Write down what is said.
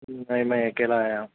نہیں میں اکیلا آیا ہوں